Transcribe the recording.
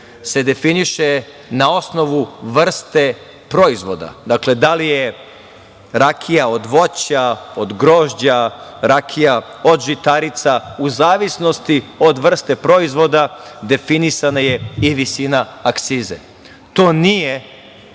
se definiše na osnovu vrste proizvoda, dakle da li je rakija od voća od grožđa, rakija od žitarica u zavisnosti od vrste proizvoda definisana je i visina akcize. To nije